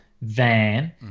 Van